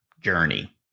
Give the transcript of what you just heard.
journey